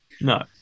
No